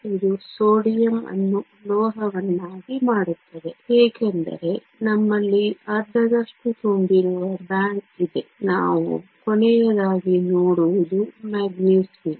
ಇದು ಸೋಡಿಯಂ ಅನ್ನು ಲೋಹವನ್ನಾಗಿ ಮಾಡುತ್ತದೆ ಏಕೆಂದರೆ ನಮ್ಮಲ್ಲಿ ಅರ್ಧದಷ್ಟು ತುಂಬಿರುವ ಬ್ಯಾಂಡ್ ಇದೆ ನಾವು ಕೊನೆಯದಾಗಿ ನೋಡುವುದು ಮೆಗ್ನೀಸಿಯಮ್